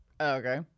Okay